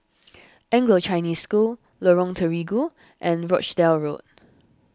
Anglo Chinese School Lorong Terigu and Rochdale Road